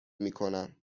میکنم